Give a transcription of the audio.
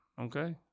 Okay